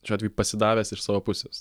šiuo atveju pasidavęs iš savo pusės